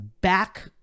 back